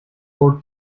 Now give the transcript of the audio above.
for